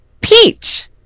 Peach